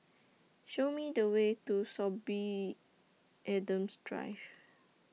Show Me The Way to Sorby Adams Drive